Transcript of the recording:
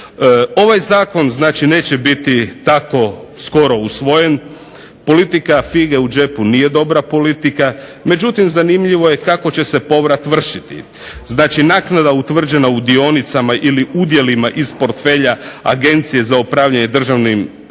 Ovaj zakon znači neće biti tako skoro usvojen. Politika fige u džepu nije dobra politika, međutim zanimljivo je kako će se povrat vršiti. Znači, naknada utvrđena u dionicama ili udjelima iz portfelja Agencije za upravljanje državnom